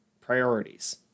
Priorities